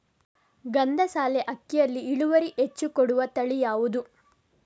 ಗಂಧಸಾಲೆ ಅಕ್ಕಿಯಲ್ಲಿ ಇಳುವರಿ ಹೆಚ್ಚು ಕೊಡುವ ತಳಿ ಯಾವುದು?